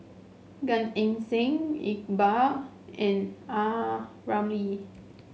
Gan Eng Seng Iqbal and Ah Ramli